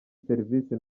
serivisi